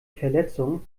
verletzung